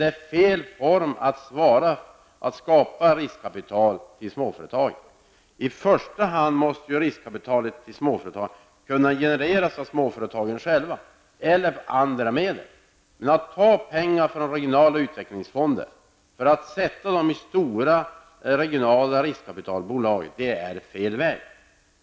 Det är fel form att skapa riskkapital för småföretag. I första hand måste riskkapital i småföretag kunna genereras i småföretagen själva eller med andra medel. Men att ta pengar från regionala utvecklingsfonder för att sätta dessa i stora regional riskkapitalbolag är fel väg.